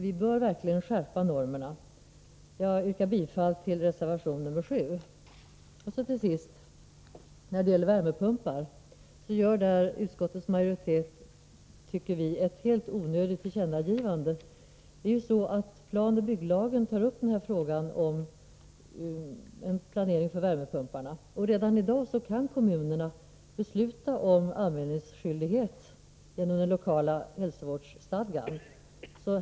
Vi bör verkligen skärpa normerna. Jag yrkar bifall till reservation nr 7. Till sist några ord om värmepumpar. På den punkten gör utskottets majoritet ett, tycker vi, helt onödigt tillkännagivande. Planoch bygglagen tar upp frågan om en planering för värmepumparna, och redan i dag kan kommunerna genom den lokala hälsovårdsstadgan besluta om anmälningsskyldighet.